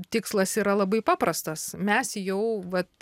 tikslas yra labai paprastas mes jau vat